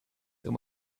than